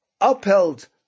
upheld